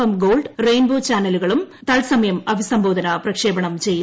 M gold rainbow ചാനലുകളും അഭിസംബോധന പ്രക്ഷേപണം ചെയ്യും